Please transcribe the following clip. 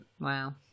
wow